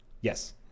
Yes